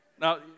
Now